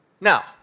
now